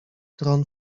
tron